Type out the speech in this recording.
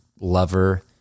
lover